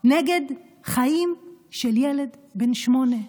נגד חיים של ילד בן שמונה,